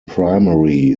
primary